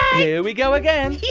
here we go again! yeah!